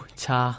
cha